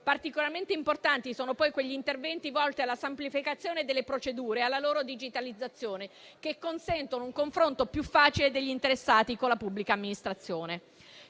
Particolarmente importanti sono poi quegli interventi volti alla semplificazione delle procedure e alla loro digitalizzazione, che consentono un confronto più facile degli interessati con la pubblica amministrazione.